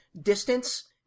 distance